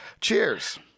cheers